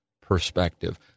perspective